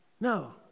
No